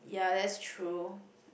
ya that's true